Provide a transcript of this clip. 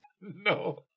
No